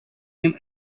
and